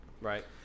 right